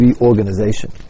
reorganization